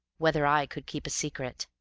whether i could keep a secret.